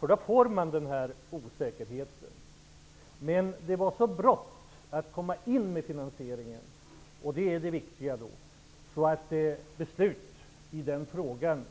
nästa år. Det gör att man får en osäkerhet, men det har varit nödvändigt att fatta ett beslut före nyåret.